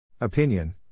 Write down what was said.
Opinion